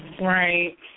Right